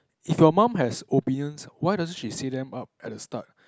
if your mum has opinions why doesn't she say them up at the start